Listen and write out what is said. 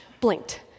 blinked